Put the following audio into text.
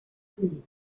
collita